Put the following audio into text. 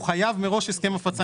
הוא חייב מראש הסכם הפצה.